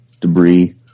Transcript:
debris